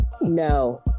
No